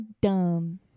dumb